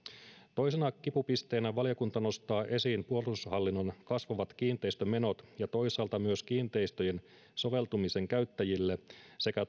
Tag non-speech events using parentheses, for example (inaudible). toisena kipupisteenä valiokunta nostaa esiin puolustushallinnon kasvavat kiinteistömenot ja toisaalta myös kiinteistöjen soveltumisen käyttäjille sekä (unintelligible)